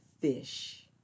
Fish